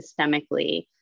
systemically